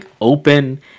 open